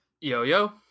Yo-Yo